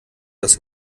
das